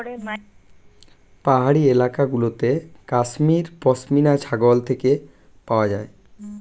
পাহাড়ি এলাকা গুলোতে কাশ্মীর পশমিনা ছাগল থেকে পাওয়া যায়